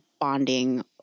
bonding